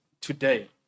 today